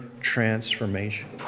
transformation